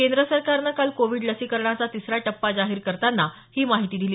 केंद्र सरकारनं काल कोविड लसीकरणाचा तिसरा टप्पा जाहीर करताना ही माहिती दिली